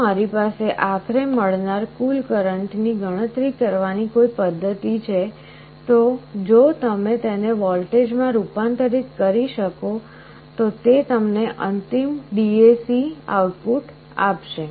જો મારી પાસે આખરે મળનાર કુલ કરંટની ગણતરી કરવાની કોઈ પદ્ધતિ છે તો જો તમે તેને વોલ્ટેજમાં રૂપાંતરિત કરી શકો તો તે તમને અંતિમ DAC આઉટપુટ આપશે